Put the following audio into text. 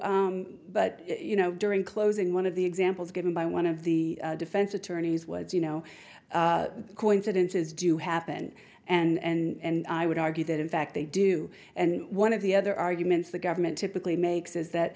but you know during closing one of the examples given by one of the defense attorneys was you know coincidences do happen and i would argue that in fact they do and one of the other arguments the government typically makes is that